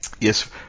Yes